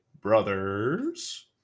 brothers